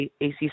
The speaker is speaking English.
AC